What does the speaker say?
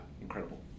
incredible